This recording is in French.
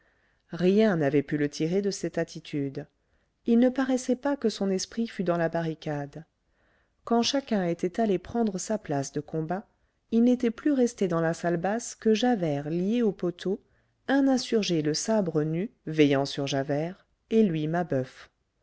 rien n'avait pu le tirer de cette attitude il ne paraissait pas que son esprit fût dans la barricade quand chacun était allé prendre sa place de combat il n'était plus resté dans la salle basse que javert lié au poteau un insurgé le sabre nu veillant sur javert et lui mabeuf